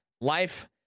life